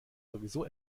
sowieso